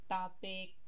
topic